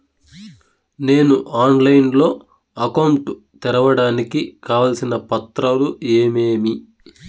నేను ఆన్లైన్ లో అకౌంట్ తెరవడానికి కావాల్సిన పత్రాలు ఏమేమి?